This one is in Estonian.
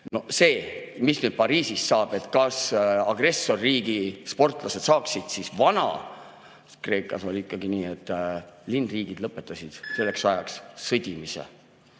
Mis nüüd Pariisis saab, kas agressorriigi sportlased saaksid [osaleda]? Vana-Kreekas oli ikkagi nii, et linnriigid lõpetasid selleks ajaks sõdimise.